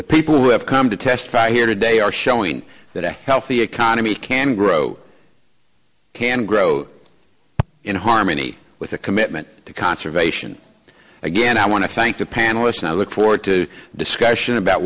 the people who have come to testify here today are showing that a healthy economy can grow can grow in harmony with a commitment to conservation again i want to thank the panelists now i look forward to discussion about